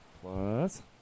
plus